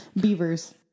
beavers